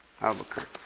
Albuquerque